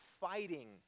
fighting